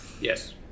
Yes